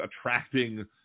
attracting